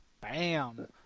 bam